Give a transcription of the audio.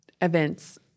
events